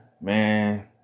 Man